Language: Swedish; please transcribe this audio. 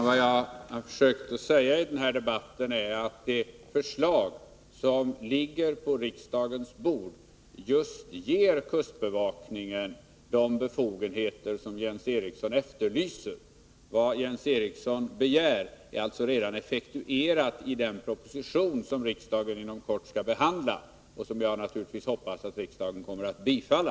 Herr talman! I den här debatten har jag försökt att säga att det förslag som ligger på riksdagens bord ger kustbevakningen just de befogenheter som Jens Eriksson efterlyser. Vad Jens Eriksson begär är alltså redan effektuerat | genom den proposition som riksdagen inom kort skall behandla och som jag | naturligtvis hoppas att riksdagen kommer att bifalla.